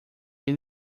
ele